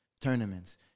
tournaments